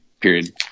period